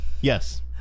Yes